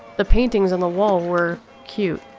the paintings on the walls were cute,